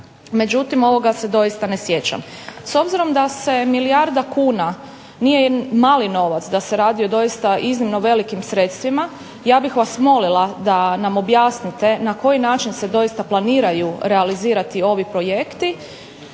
međutim ovoga se doista ne sjećam. S obzirom da se milijarda kuna nije mali novac i da se radi doista o iznimno velikim sredstvima, ja bih vas molila da nam objasnite na koji način se doista planiraju realizirati ovi projekti.